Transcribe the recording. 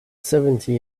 seventeen